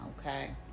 okay